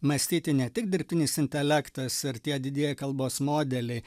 mąstyti ne tik dirbtinis intelektas ir tie didieji kalbos modeliai